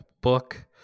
book